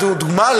לדוגמה,